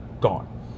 gone